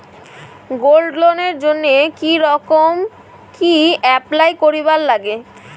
Gold লোনের জইন্যে কি রকম করি অ্যাপ্লাই করিবার লাগে?